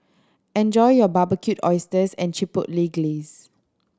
enjoy your Barbecued Oysters and Chipotle Glaze